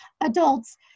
adults